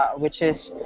which is,